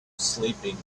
sleeping